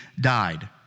died